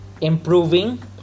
Improving